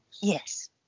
Yes